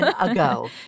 ago